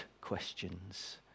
questions